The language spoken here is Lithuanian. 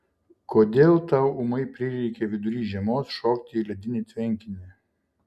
kodėl tau ūmai prireikė vidury žiemos šokti į ledinį tvenkinį